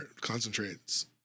concentrates